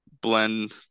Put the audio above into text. blend